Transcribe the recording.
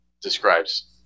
describes